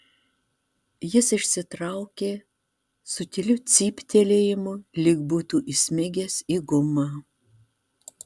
jis išsitraukė su tyliu cyptelėjimu lyg būtų įsmigęs į gumą